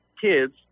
kids